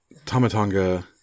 tamatanga